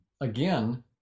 again